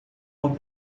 uma